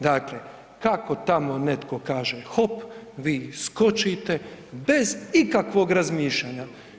Dakle, kako tamo netko kaže hop, vi skočite bez ikakvog razmišljanja.